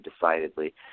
decidedly